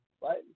right